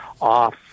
off